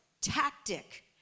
tactic